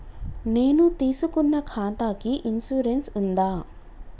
నేను తీసుకున్న ఖాతాకి ఇన్సూరెన్స్ ఉందా?